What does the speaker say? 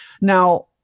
Now